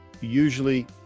usually